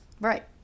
Right